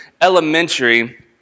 elementary